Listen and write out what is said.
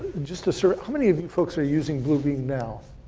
just a survey, how many of you folks are using bluebeam now?